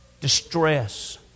Distress